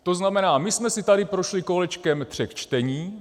To znamená, my jsme si tady prošli kolečkem tří čtení.